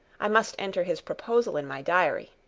i must enter his proposal in my diary.